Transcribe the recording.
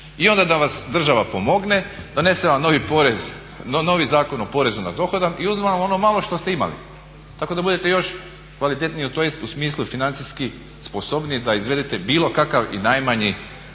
I onda da vas država pomogne donese vam novi porez, novi Zakon o porezu na dohodak i uzme vam ono malo što ste imali tako da budete još kvalitetniji tj. u smislu financijski sposobniji da izvedete bilo kakav i najmanji